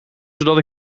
zodat